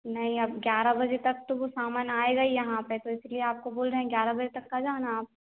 नहीं अब ग्यारह बजे तक तो वो सामान आएगा ही यहाँ पे तो इसीलिए आपको बोल रहे हैं ग्यारह बजे तक आ जाना आप